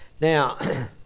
Now